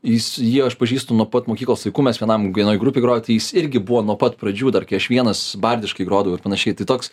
jis jį aš pažįstu nuo pat mokyklos laikų mes vienam vienoj grupėj grojo tai jis irgi buvo nuo pat pradžių dar kai aš vienas bardiškai grodavau ir panašiai tai toks